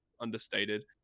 understated